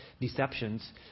deceptions